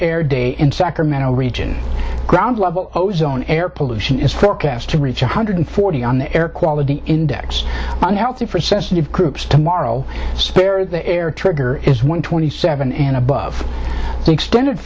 air day in sacramento region ground level ozone air pollution is forecast to reach one hundred forty on the air quality index unhealthy for sensitive groups tomorrow spare the air trigger is one twenty seven and above the extended